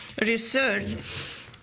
research